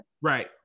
Right